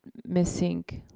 missing